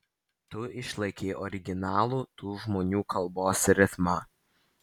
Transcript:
tu išlaikei originalų tų žmonių kalbos ritmą